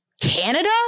Canada